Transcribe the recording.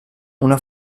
una